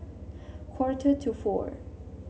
quarter to four